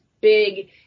big